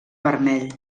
vermell